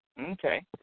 Okay